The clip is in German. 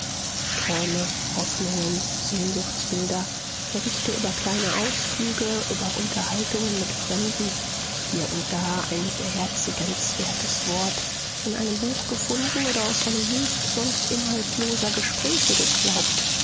träume hoffnungen sehnsuchtsbilder berichte über kleine ausflüge über unterhaltungen mit fremden hier und da ein beherzigenswertes wort in einem buch gefunden oder aus einem wust sonst inhaltloser gespräche geklaubt